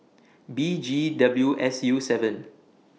B G W S U seven